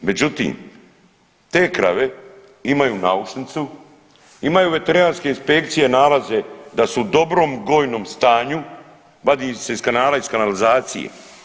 Međutim, te krave imaju naušnicu, imaju veterinarske inspekcije nalaze da su u dobrom gojnom stanju, vadi ih se i kanala iz kanalizacije.